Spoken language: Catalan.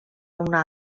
una